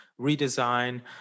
redesign